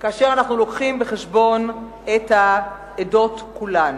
כאשר אנחנו מביאים בחשבון את העדות כולן.